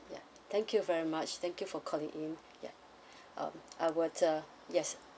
ya thank you very much thank you for calling in ya um I will uh yes